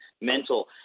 Mental